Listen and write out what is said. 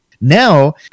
Now